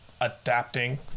adapting